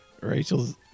Rachel's